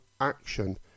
Action